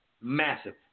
Massive